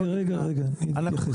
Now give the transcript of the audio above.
רגע, רגע, רגע, אני אתייחס.